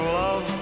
love